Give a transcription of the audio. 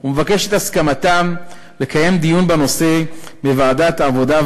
ומבקש את הסכמתם לקיים דיון בנושא בוועדת העבודה,